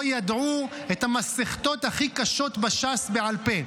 ידעו את המסכתות הכי קשות בש"ס בעל פה.